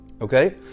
Okay